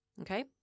Okay